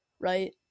right